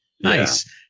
nice